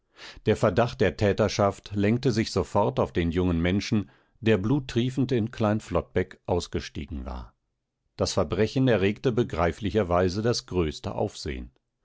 der verdacht der täterschaft lenkte sich sofort auf den jungen menschen der bluttriefend in klein flottbeck ausgestiegen war das verbrechen erregte begreiflicherweise das größte aufsehen